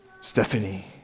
Stephanie